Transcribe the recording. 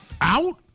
out